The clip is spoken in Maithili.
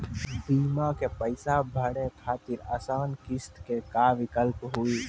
बीमा के पैसा भरे खातिर आसान किस्त के का विकल्प हुई?